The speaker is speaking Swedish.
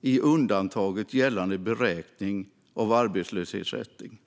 i undantaget gällande beräkning av arbetslöshetsersättning.